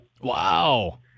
Wow